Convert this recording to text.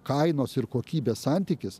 kainos ir kokybės santykis